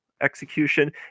execution